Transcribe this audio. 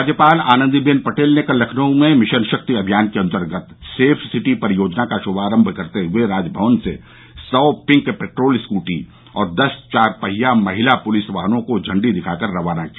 राज्यपाल आनन्दी बेन पटेल ने कल लखनऊ में मिशन शक्ति अभियान के अन्तर्गत सेफ सिटी परियोजना का श्भारम्भ करते हए राजभवन से सौ पिंक पेट्रोल स्कूटी और दस चार पहिया महिला पुलिस वाहनों का झण्डी दिखाकर रवाना किया